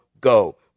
go